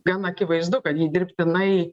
gan akivaizdu kad ji dirbtinai